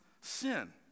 sin